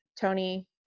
Tony